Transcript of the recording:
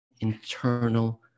internal